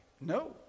no